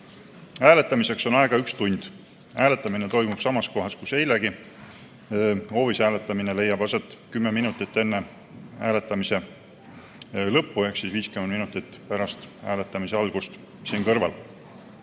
Hääletamiseks on aega üks tund. Hääletamine toimub samas kohas, kus eilegi. Hoovis hääletamine leiab aset kümme minutit enne hääletamise lõppu ehk siis 50 minutit pärast hääletamise algust siin kõrval.